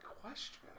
question